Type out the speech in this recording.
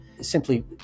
simply